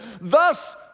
thus